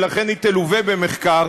ולכן היא תלווה במחקר,